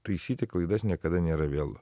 taisyti klaidas niekada nėra vėlu